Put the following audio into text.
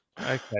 okay